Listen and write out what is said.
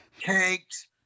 cakes